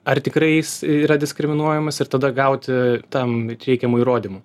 ar tikrai jis yra diskriminuojamas ir tada gauti tam reikiamų įrodymų